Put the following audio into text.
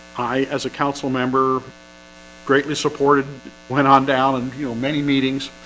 i as a council member greatly supported went on down and you know many meetings